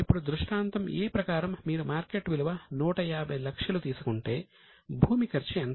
ఇప్పుడు దృష్టాంతం A ప్రకారం మీరు మార్కెట్ విలువ 150 లక్షలు తీసుకుంటే భూమి ఖర్చు ఎంత